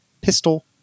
pistol